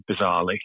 bizarrely